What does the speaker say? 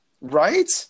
Right